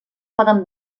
poden